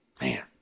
man